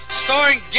starring